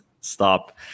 stop